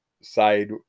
side